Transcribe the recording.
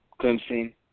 Clemson